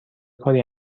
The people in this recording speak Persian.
کاری